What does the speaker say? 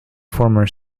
former